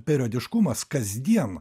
periodiškumas kasdien